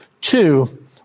Two